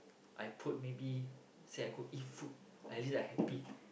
I put maybe say I could eat food at least I happy